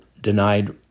denied